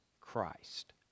Christ